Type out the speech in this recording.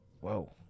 whoa